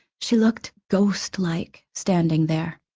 she looked ghostlike standing there.